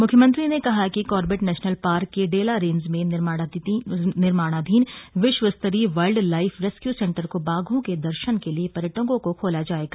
मुख्यमंत्री ने कहा कि कार्बेट नेशनल पार्क के डेला रेंज में निर्माणाधीन विश्व स्तरीय वाइल्ड लाइफ रेस्क्यू सेंटर को बाघों के दर्शन के लिए पर्यटकों के लिए खोला जाएगा